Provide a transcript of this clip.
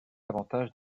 avantage